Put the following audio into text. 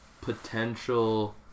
potential